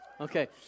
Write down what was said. Okay